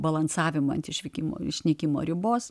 balansavimą ant išvykimo išnykimo ribos